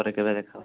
ପରେ କେବେ ଦେଖା ହବ